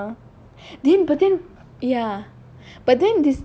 oh then but then ya but then this